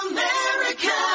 America